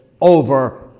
over